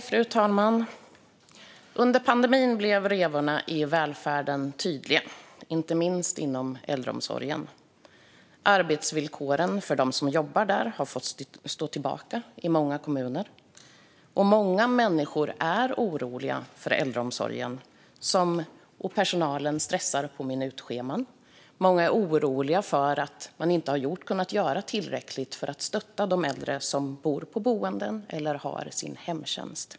Fru talman! Under pandemin blev revorna i välfärden tydliga, inte minst inom äldreomsorgen. Arbetsvillkoren för dem som jobbar där har fått stå tillbaka i många kommuner, och många människor är oroliga för äldreomsorgen. Personalen stressar på minutscheman. Många är oroliga för att man inte kunnat göra tillräckligt för att stötta de äldre som bor på boenden eller har hemtjänst.